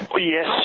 yes